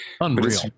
Unreal